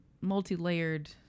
multi-layered